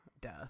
death